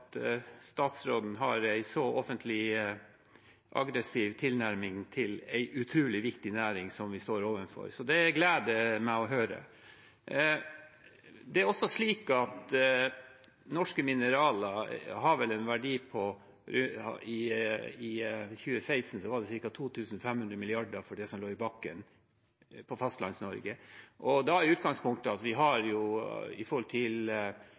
statsråden har en så offentlig aggressiv tilnærming til det vi står overfor i en utrolig viktig næring. Det gleder meg å høre. Norske mineraler hadde i 2016 en verdi på ca. 2 500 mrd. kr for det som lå i bakken i Fastlands-Norge. Da er utgangspunktet at i forhold til